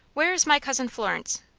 where is my cousin florence?